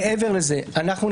מעבר לזה אנחנו נציע,